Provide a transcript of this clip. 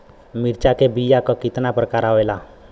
मिर्चा के बीया क कितना प्रकार आवेला?